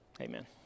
Amen